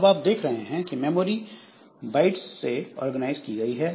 अब आप देख रहे हैं कि मेमोरी बाइट से ऑर्गेनाइज की गई है